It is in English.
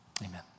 Amen